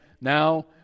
now